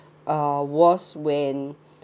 uh was when